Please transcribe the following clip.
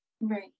right